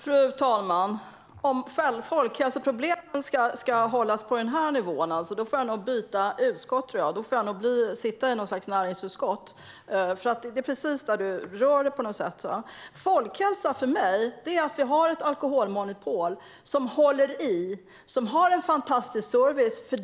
Fru talman! Om debatten om folkhälsoproblemen ska hållas på denna nivå får jag nog byta utskott och sitta i näringsutskottet, för det är där du rör dig, Sten. För mig är folkhälsa att vi har ett alkoholmonopol som håller i och har en fantastisk service.